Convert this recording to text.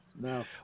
no